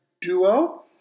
duo